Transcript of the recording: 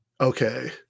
okay